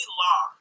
law